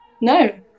no